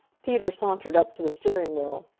peter sauntered up to the steering-wheel.